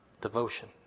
devotion